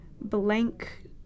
blank